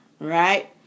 Right